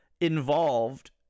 involved